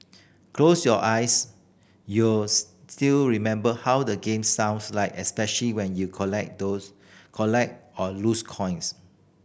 close your eyes you'll still remember how the game sounds like especially when you collect those collect or lose coins